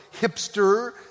hipster